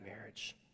marriage